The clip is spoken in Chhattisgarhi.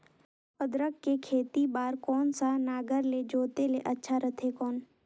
अदरक के खेती बार कोन सा नागर ले जोते ले अच्छा रथे कौन?